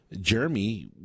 Jeremy